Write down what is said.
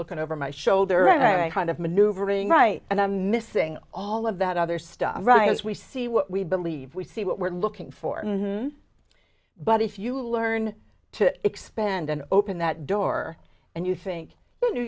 looking over my shoulder right kind of maneuvering right and i'm missing all of that other stuff right as we see what we believe we see what we're looking for but if you learn to expand and open that door and you think new